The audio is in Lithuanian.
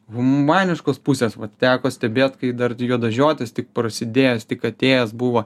humaniškos pusės teko stebėt kai dar juodažiotis tik prasidėjęs tik atėjęs buvo